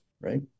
right